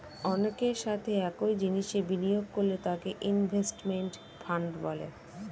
অনেকের সাথে একই জিনিসে বিনিয়োগ করলে তাকে ইনভেস্টমেন্ট ফান্ড বলে